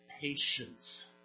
patience